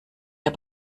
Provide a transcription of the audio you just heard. der